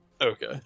Okay